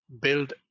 build